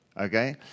okay